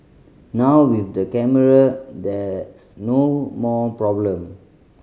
now with the camera there's no more problem